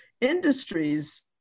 industries